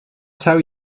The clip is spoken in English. tell